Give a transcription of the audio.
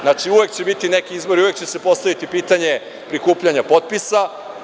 Znači, uvek će biti neki izbori, uvek će se postaviti pitanje prikupljanja potpisa.